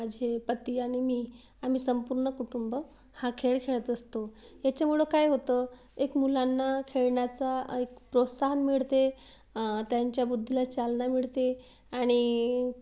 माझे पती आणि मी आम्ही संपूर्ण कुटुंब हा खेळ खेळत असतो ह्याच्यामुळं काय होतं एक मुलांना खेळण्याचा एक प्रोत्साहन मिळते त्यांच्या बुद्धीला चालना मिळते आणि